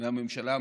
מהממשלה,